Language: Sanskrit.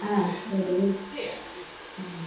हा वद हा